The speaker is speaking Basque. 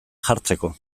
jartzeko